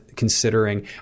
considering